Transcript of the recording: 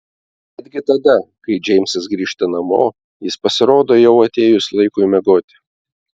netgi tada kai džeimsas grįžta namo jis pasirodo jau atėjus laikui miegoti